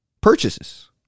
purchases